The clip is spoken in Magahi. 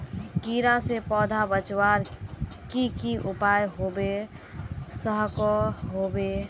कीड़ा से पौधा बचवार की की उपाय होबे सकोहो होबे?